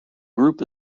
group